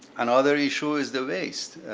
another issue is the waste.